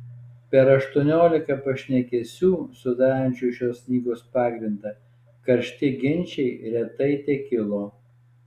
per aštuoniolika pašnekesių sudarančių šios knygos pagrindą karšti ginčai retai tekilo